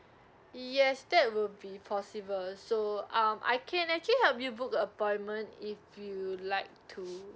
yes that will be possible so um I can actually help you book appointment if you like to